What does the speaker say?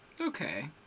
Okay